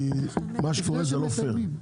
מה שקורה עכשיו לא פייר,